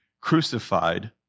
crucified